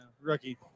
rookie